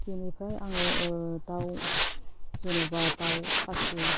बेनिफ्राय आङो दाउ जेन'बा दाउ खासि